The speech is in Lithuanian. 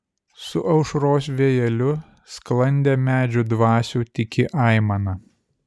su aušros vėjeliu sklandė medžių dvasių tyki aimana